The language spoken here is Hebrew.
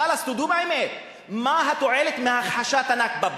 חלאס, תודו באמת, מה התועלת מהכחשת הנכבה?